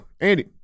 Andy